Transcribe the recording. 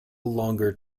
longer